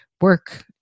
Work